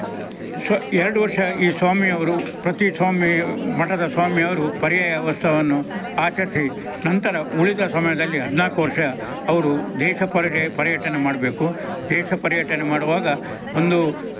ಸ ಎರಡು ವರ್ಷ ಈ ಸ್ವಾಮಿಯವರು ಪ್ರತಿ ಸ್ವಾಮಿ ಮಠದ ಸ್ವಾಮಿಯವರು ಪರ್ಯಾಯ ಉತ್ಸವವನ್ನು ಆಚರಿಸಿ ನಂತರ ಉಳಿದ ಸಮಯದಲ್ಲಿ ಹದ್ನಾಲ್ಕು ವರ್ಷ ಅವರು ದೇಶ ಪರ್ಯಟನೆ ಮಾಡಬೇಕು ದೇಶ ಪರ್ಯಟನೆ ಮಾಡುವಾಗ ಒಂದು